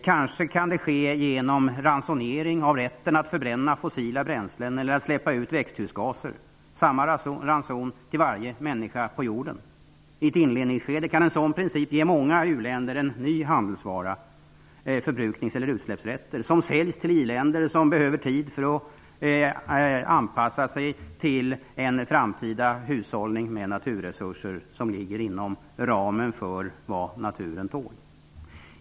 Kanske kan det ske genom ransonering av rätten att förbränna fossila bränslen eller att släppa ut växthusgaser. Samma ranson til varje människa på jorden. I ett inledningsskede kan en sådan princip ge många u-länder en ny handelsvara, förbruknings eller utsläppsrätter, som säljs till iländer som behöver tid för att anpassa sig till en framtida hushållning med naturresurser som ligger inom ramen för vad naturen tål.